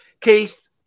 Keith